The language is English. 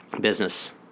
Business